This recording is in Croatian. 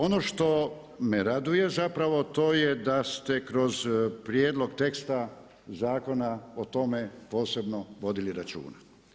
Ono što me raduje zapravo to je da ste kroz prijedlog teksta zakona o tome posebno vodili računa.